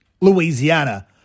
Louisiana